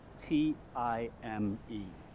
t i m e.